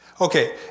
Okay